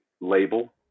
label